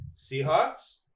Seahawks